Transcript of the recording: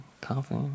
coffee